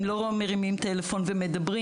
הם לא מרימים טלפון ומדברים,